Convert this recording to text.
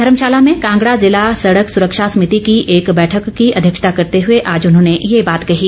धर्मशाला में कांगड़ा जिला संडक सुरक्षा समिति की एक बैठक की अध्यक्षता करते हुए आज उन्होंने ये बात कही